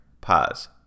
pause